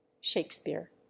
Shakespeare